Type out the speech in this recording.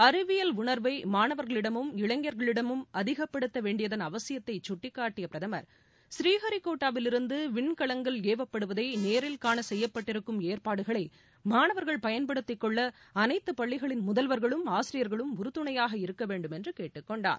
அறிவியல் உணர்வை மாணவர்களிடமும் இளைஞர்களிடமும் அதிகப்படுத்த வேண்டியதன் அவசியத்தை கட்டிக்காட்டிய பிரதமர் ஸ்ரீஹரிகோட்டாவிலிருந்து விண்கவங்கள் ஏவப்படுவதை நேரில்காண செய்யப்பட்டிருக்கும் ஏற்பாடுகளை மாணவா்கள் பயன்படுத்தி கொள்ள அனைத்து பள்ளிகளின் முதல்வா்களும் ஆசிரியா்களும் உறுதுணையாக இருக்க வேண்டும் என்று கேட்டுக் கொண்டார்